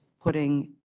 putting